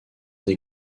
des